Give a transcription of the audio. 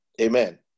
Amen